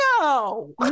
no